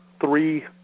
three –